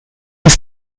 ist